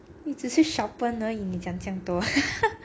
你只是 sharpen 而已你讲这样多